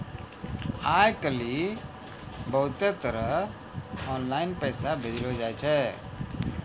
आय काइल बहुते तरह आनलाईन पैसा भेजलो जाय छै